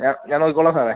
ഞാൻ ഞാൻ നോക്കിക്കോളാം സാറെ